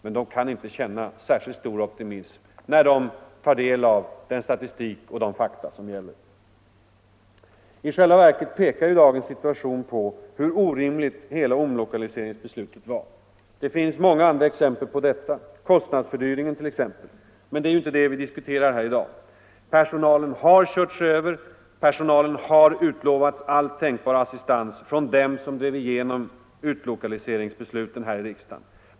Men de kan inte känna särskilt stor optimism när de tar del av den statistik och de fakta som gäller. I själva verket pekar dagens situation på hur orimligt hela omlokaliseringsbeslutet var. Det finns många andra exempel på detta, kostnadsfördyring t.ex. Men det är inte det vi diskuterar här i dag. Personalen har körts över. Personalen har utlovats all tänkbar assistans från dem som drev igenom utlokaliseringsbeslutet här i riksdagen.